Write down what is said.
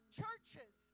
churches